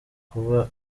kuba